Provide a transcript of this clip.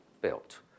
built